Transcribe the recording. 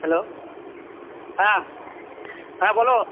hello হ্যাঁ হ্যাঁ বলো